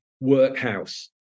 Workhouse